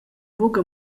buca